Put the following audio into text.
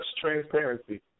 transparency